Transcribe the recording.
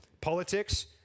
Politics